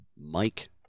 Mike